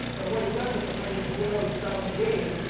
and what it does in a kind of zero sum game,